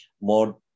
more